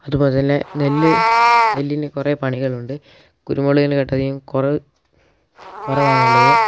അതുപോലെ തന്നെ നെല്ല് നെല്ലിന് കുറേ പണികൾ ഉണ്ട് കുരുമുളകിനെക്കളും കുറവ് കുറവാണ് ഉള്ളത്